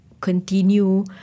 continue